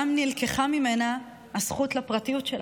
גם נלקחה ממנה הזכות שלה לפרטיות.